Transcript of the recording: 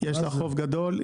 יש לה חוב גדול.